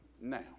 now